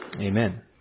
Amen